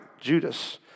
Judas